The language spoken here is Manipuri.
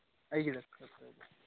ꯑꯩꯒꯤꯗ ꯈꯔ ꯈꯔ